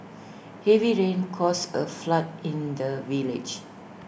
heavy rains caused A flood in the village